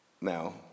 Now